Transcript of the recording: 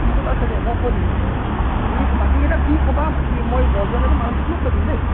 মোৰ তাত আছে দে মই কৈ দিম আৰু তুমি বাকী কেইটাক তুমি ক'বা বাকী মই বজেন আৰু মাঞ্চীক মই কৈ দিম দেই